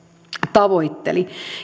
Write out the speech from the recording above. tavoitteli